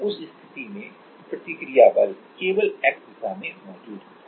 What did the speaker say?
और उस स्थिति में प्रतिक्रिया बल केवल X दिशा में मौजूद होगा